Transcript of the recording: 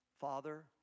Father